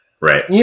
right